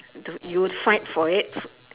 do you would fight for it